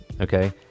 okay